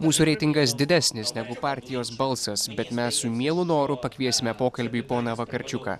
mūsų reitingas didesnis negu partijos balsas bet mes su mielu noru pakviesime pokalbiui poną vakarčiuką